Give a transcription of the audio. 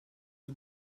the